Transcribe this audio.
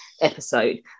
episode